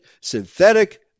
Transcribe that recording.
synthetic